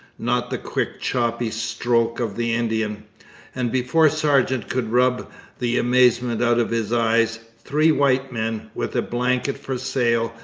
not the quick choppy stroke of the indian and before sargeant could rub the amazement out of his eyes, three white men, with a blanket for sail,